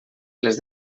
les